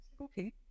Okay